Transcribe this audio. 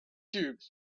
cubes